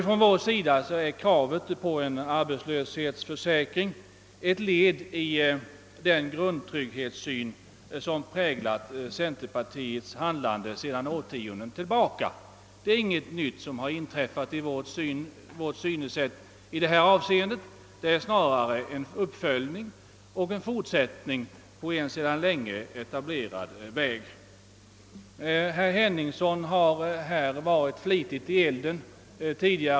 Från vår sida är kravet på en arbetslöshetsförsäkring ett led i det arbete för grundtrygghet som präglat centerpartiets handlande sedan årtionden. Det är inget nytt synsätt vi har anlagt i detta avseende, utan det är snarare fråga om en uppföljning och en fortsättning av en sedan länge etablerad linje. Herr Henningsson har tidigare i dag varit flitigt i elden.